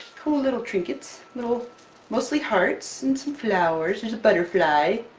cool little trinkets. little mostly hearts and some flowers, there's a butterfly.